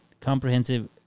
comprehensive